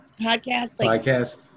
podcast